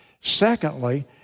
Secondly